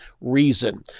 reason